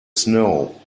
snow